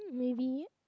maybe